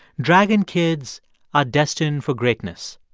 dragon kids are destined for greatness.